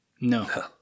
No